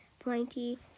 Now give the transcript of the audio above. Pointy